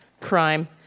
Crime